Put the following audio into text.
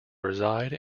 reside